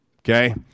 Okay